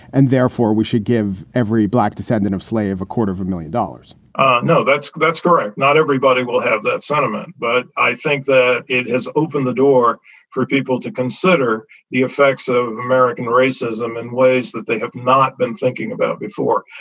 and therefore, we should give every black descendant of slave a quarter of a million dollars no, that's that's correct. not everybody will have that sentiment. but i think that it has opened the door for people to consider the effects of american racism and ways that they have not been thinking about before.